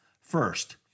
First